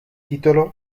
titolo